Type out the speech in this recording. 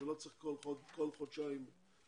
ולא צריך כל חודשיים דיווח,